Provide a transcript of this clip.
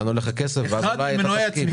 בוא נשמע למה הולך הכסף, ינון, ואולי אתה מסכים.